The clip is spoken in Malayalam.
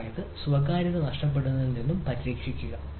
അതായത് സ്വകാര്യത നഷ്ടപ്പെടുന്നതിൽ നിന്ന് പരിരക്ഷിക്കുക